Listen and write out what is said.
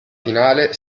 finale